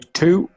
two